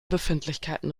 befindlichkeiten